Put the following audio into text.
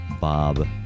Bob